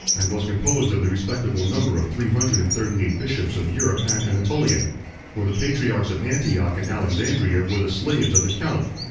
and was composed of the respectable number of three hundred and thirty-eight bishops of europe and anatolia for the patriarchs of antioch and alexandria were the slaves of the caliph,